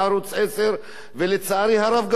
ולצערי הרב גם לא בערוץ הכנסת.